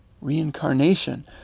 Reincarnation